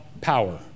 power